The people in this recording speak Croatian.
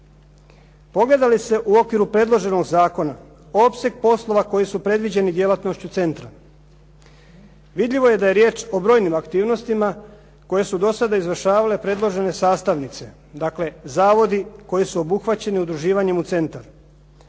Pogleda li se u okviru predloženog zakona opseg poslova koji su predviđeni djelatnošću centra. Vidljivo je da je riječ o brojnim aktivnostima koje su do sada izvršavale predložene sastavnice, dakle zavodi koji su obuhvaćeni udruživanjem u centar.